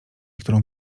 którą